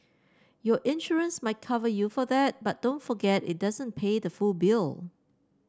your insurance might cover you for that but don't forget it doesn't pay the full bill